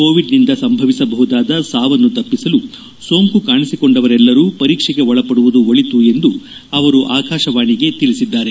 ಕೋವಿಡ್ನಿಂದ ಸಂಭವಿಸಬಹುದಾದ ಸಾವನ್ನು ತಪ್ಪಿಸಲು ಸೋಂಕು ಕಾಣಿಸಿಕೊಂಡವರೆಲ್ಲರೂ ಪರೀಕ್ಷೆಗೆ ಒಳಪಡುವುದು ಒಳಿತು ಎಂದು ಅವರು ಆಕಾಶವಾಣಿಗೆ ತಿಳಿಸಿದ್ದಾರೆ